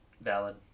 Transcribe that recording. Valid